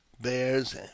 bears